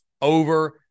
over